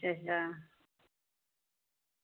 अच्छा